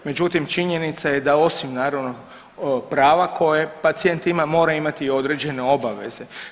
Međutim, činjenica je da osim naravno prava koje pacijent ima mora imati i određene obaveze.